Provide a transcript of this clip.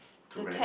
to rent